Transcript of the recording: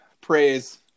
praise